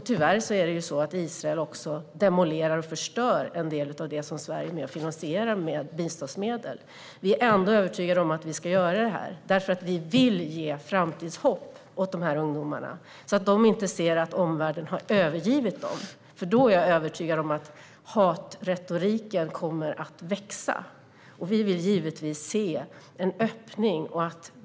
Tyvärr är det så att Israel demolerar och förstör en del av det som Sverige är med och finansierar med biståndsmedel. Vi är ändå övertygade om att vi ska göra det här, för vi vill ge framtidshopp åt de här ungdomarna, så att de inte ser det som att omvärlden har övergivit dem - då är jag övertygad om att hatretoriken kommer att växa. Vi vill givetvis se en öppning.